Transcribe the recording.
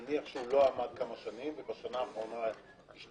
נניח שהוא לא עמד כמה שנים, ובשנה האחרונה השתחרר.